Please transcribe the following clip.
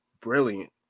brilliant